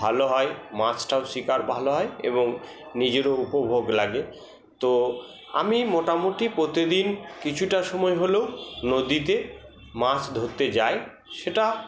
ভালো হয় মাছটাও শিকার ভালো হয় এবং নিজেরও উপভোগ লাগে তো আমি মোটামুটি প্রতিদিন কিছুটা সময় হলেও নদীতে মাছ ধরতে যাই সেটা